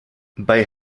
bei